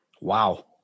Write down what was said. Wow